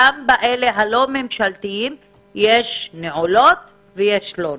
גם באלה הלא ממשלתיים יש נעולות ויש לא נעולות.